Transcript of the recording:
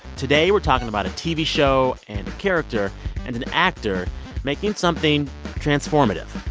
today, we're talking about a tv show and character and an actor making something transformative.